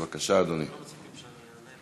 בבקשה, אדוני.